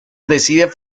decide